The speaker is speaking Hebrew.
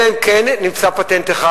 אלא אם כן נמצא פטנט אחד.